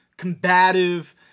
combative